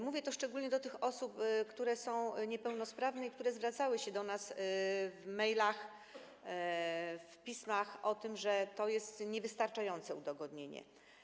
Mówię to szczególnie do tych osób, które są niepełnosprawne i które zwracały się do nas w mailach, w pismach, mówiły o tym, że to jest niewystarczające udogodnienie.